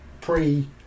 pre